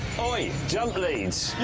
oi, jump leads!